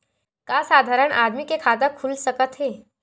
का साधारण आदमी के खाता खुल सकत हे?